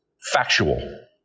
factual